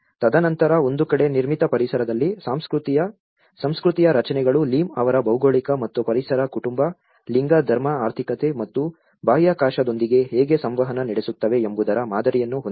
ತದನಂತರ ಒಂದು ಕಡೆ ನಿರ್ಮಿತ ಪರಿಸರದಲ್ಲಿ ಸಂಸ್ಕೃತಿಯ ರಚನೆಗಳು ಲಿಮ್ ಅವರ ಭೌಗೋಳಿಕ ಮತ್ತು ಪರಿಸರ ಕುಟುಂಬ ಲಿಂಗ ಧರ್ಮ ಆರ್ಥಿಕತೆ ಮತ್ತು ಬಾಹ್ಯಾಕಾಶದೊಂದಿಗೆ ಹೇಗೆ ಸಂವಹನ ನಡೆಸುತ್ತವೆ ಎಂಬುದರ ಮಾದರಿಯನ್ನು ಹೊಂದಿವೆ